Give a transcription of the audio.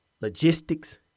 Logistics